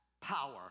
power